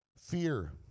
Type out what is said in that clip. Fear